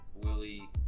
Willie